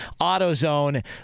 AutoZone